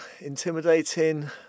intimidating